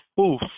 Oof